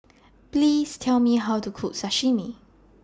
Please Tell Me How to Cook Sashimi